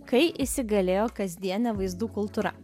kai įsigalėjo kasdienė vaizdų kultūra